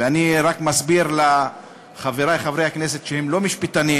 ואני רק אסביר לחברי חברי הכנסת שהם לא משפטנים: